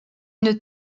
une